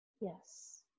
Yes